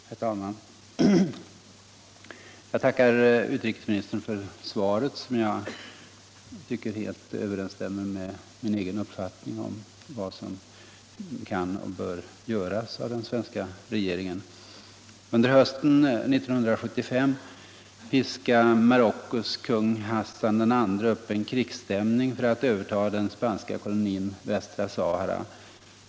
Herr talman! Jag tackar utrikesministern för svaret, som jag anser helt överensstämmer med min egen uppfattning om vad som kan och bör göras av den svenska regeringen. Under hösten 1975 piskade Marockos kung Hassan II upp en krigsstämning för att överta den spanska kolonin västra Sahara.